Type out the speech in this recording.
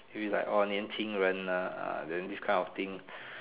will be like 年轻人 ah then this kind of thing